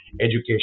education